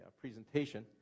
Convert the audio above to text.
presentation